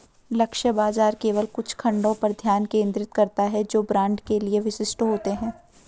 लक्ष्य बाजार केवल कुछ खंडों पर ध्यान केंद्रित करता है जो ब्रांड के लिए विशिष्ट होते हैं